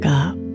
up